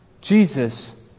Jesus